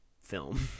film